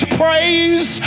praise